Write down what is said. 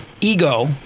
ego